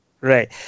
Right